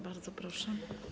Bardzo proszę.